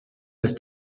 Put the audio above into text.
des